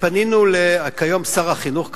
כיום שר החינוך,